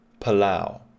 Palau